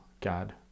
God